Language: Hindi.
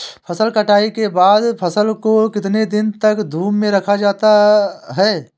फसल कटाई के बाद फ़सल को कितने दिन तक धूप में रखा जाता है?